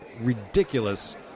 ridiculous